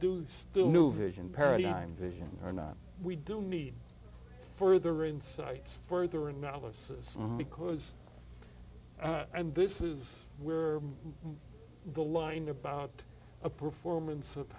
do still new vision paradigm vision or not we do need further insights further analysis because and this is where the line about a performance of